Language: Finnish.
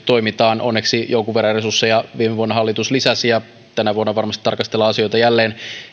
toimitaan onneksi jonkun verran resursseja viime vuonna hallitus lisäsi ja tänä vuonna varmasti tarkastellaan asioita jälleen